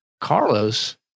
Carlos